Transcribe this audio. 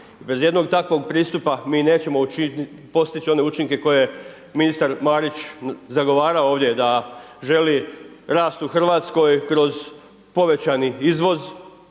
Bez jednog takvog pristupa mi nećemo postići one učinke koje je ministar Marić zagovarao ovdje da želi rast u RH kroz povećani izvoz,